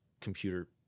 computer